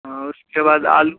हाँ उसके बाद आलू